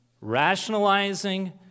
rationalizing